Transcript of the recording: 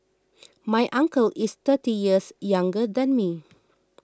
my uncle is thirty years younger than me